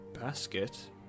Basket